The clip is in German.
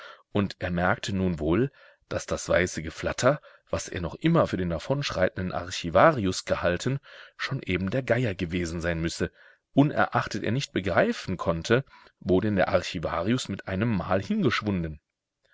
und er merkte nun wohl daß das weiße geflatter was er noch immer für den davonschreitenden archivarius gehalten schon eben der geier gewesen sein müsse unerachtet er nicht begreifen konnte wo denn der archivarius mit einemmal hingeschwunden